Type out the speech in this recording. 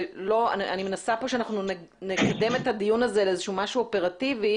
אני מנסה פה שאנחנו נקדם את הדיון הזה לאיזה שהוא משהו אופרטיבי,